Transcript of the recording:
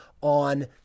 on